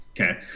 Okay